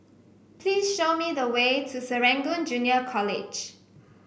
please show me the way to Serangoon Junior College